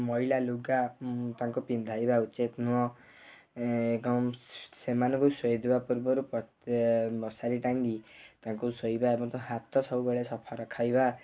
ମଇଳା ଲୁଗା ତାଙ୍କୁ ପିନ୍ଧାଇବା ଉଚିତ୍ ନୁହଁ ଗମସ୍ ସେମାନଙ୍କୁ ଶୋଇଦେବା ପୂର୍ବରୁ ମଶାରୀ ଟାଙ୍ଗୀ ତାଙ୍କୁ ଶୋଇବା ଏବଂ ହାତ ସବୁବେଳେ ସଫା ରଖାଇବା